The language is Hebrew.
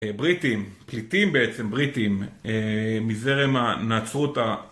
בריטים, פליטים בעצם בריטים, מזרם הנצרות ה...